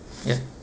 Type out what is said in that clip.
ya